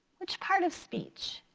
which part of speech?